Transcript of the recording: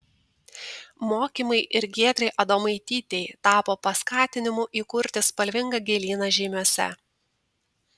mokymai ir giedrei adomaitytei tapo paskatinimu įkurti spalvingą gėlyną žeimiuose